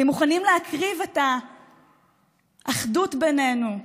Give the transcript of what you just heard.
אתם מוכנים להקריב את האחדות בינינו,